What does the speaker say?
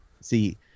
See